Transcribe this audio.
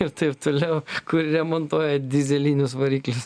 ir taip toliau kur remontuoja dyzelinius variklius